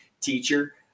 teacher